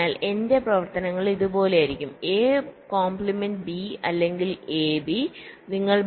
അതിനാൽ എന്റെ പ്രവർത്തനങ്ങൾ ഇതുപോലെയായിരിക്കും a' b അല്ലെങ്കിൽ a b